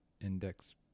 index